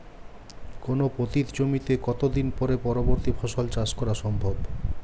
কোনো পতিত জমিতে কত দিন পরে পরবর্তী ফসল চাষ করা সম্ভব?